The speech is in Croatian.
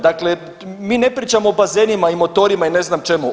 Dakle mi ne pričamo o bazenima i motorima i ne znam čemu.